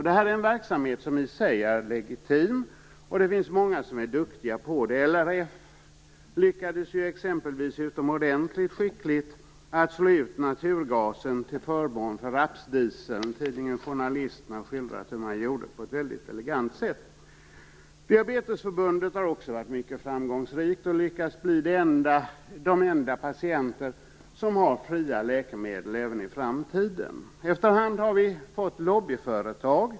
Detta är en verksamhet som i sig är legitim, och det finns många som är duktiga på det. LRF lyckades t.ex. utomordentligt skickligt att slå ut naturgasen till förmån för rapsdieseln. Tidningen Journalisten har skildrat hur man gjorde det på ett väldigt elegant sätt. Diabetesförbundet har också varit mycket framgångsrikt. Diabetiker har lyckats bli de enda patienter som har fria läkemedel även i framtiden. Vi har efterhand fått lobbyföretag.